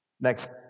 Next